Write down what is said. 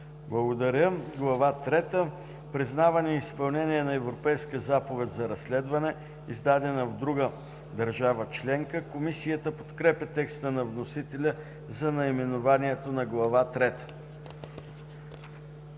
Благодаря. „Глава трета – Признаване и изпълнение на Европейска заповед за разследване, издадена в друга държава членка“. Комисията подкрепя текста на вносителя за наименованието на Глава